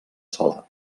sola